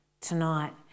tonight